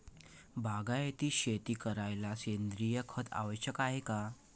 बागायती शेती करायले सेंद्रिय खत आवश्यक हाये का?